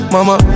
Mama